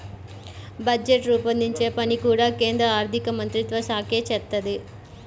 budget రూపొందించే పని కూడా కేంద్ర ఆర్ధికమంత్రిత్వశాఖే చేత్తది